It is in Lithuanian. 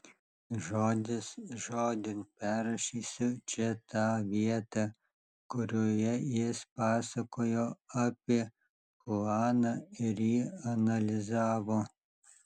žodis žodin perrašysiu čia tą vietą kurioje jis pasakojo apie chuaną ir jį analizavo